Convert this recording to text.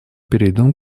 перейдем